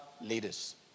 leaders